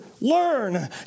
learn